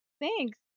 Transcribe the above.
Thanks